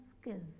skills